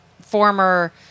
former